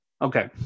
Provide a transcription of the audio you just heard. okay